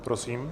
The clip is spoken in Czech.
Prosím.